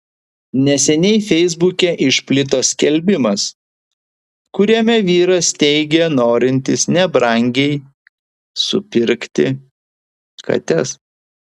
neseniai feisbuke išplito skelbimas kuriame vyras teigia norintis nebrangiai supirkti kates